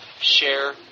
share